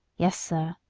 yes, sir,